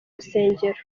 rusengero